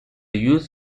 youth